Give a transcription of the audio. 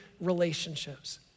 relationships